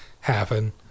happen